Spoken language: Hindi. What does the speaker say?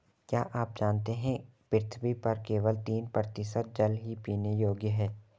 क्या आप जानते है पृथ्वी पर केवल तीन प्रतिशत जल ही पीने योग्य है?